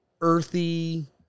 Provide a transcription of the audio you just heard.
earthy